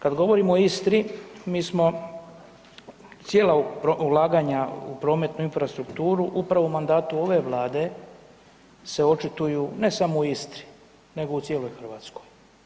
Kad govorim o Istri mi smo cijela ulaganja u prometnu infrastrukturu upravo u mandatu ove Vlade se očituju ne samo u Istri, nego u cijeloj Hrvatskoj.